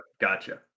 gotcha